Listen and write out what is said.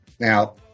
Now